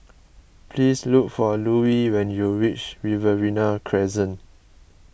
please look for Louie when you reach Riverina Crescent